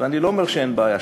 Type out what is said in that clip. אני לא אומר שאין בעיה,